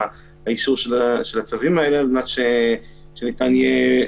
לאישור של הצווים האלה על מנת שניתן יהיה